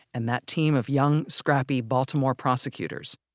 and that team of young, scrappy baltimore prosecutors,